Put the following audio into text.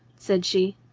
said she.